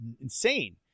insane